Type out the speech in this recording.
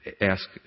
ask